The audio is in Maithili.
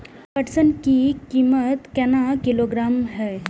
पटसन की कीमत केना किलोग्राम हय?